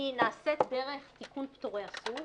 נעשית דרך תיקון פטורי הסוג,